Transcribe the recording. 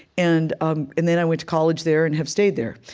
and um and then i went to college there and have stayed there.